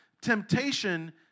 Temptation